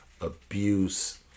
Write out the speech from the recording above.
abuse